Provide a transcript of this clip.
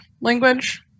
language